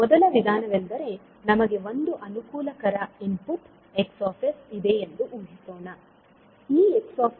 ಮೊದಲ ವಿಧಾನವೆಂದರೆ ನಮಗೆ ಒಂದು ಅನುಕೂಲಕರ ಇನ್ಪುಟ್ X ಇದೆ ಎಂದು ಊಹಿಸೋಣ